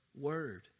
word